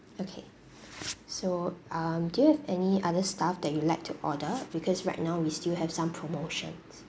okay so um do you have any other stuff that you would like to order because right now we still have some promotions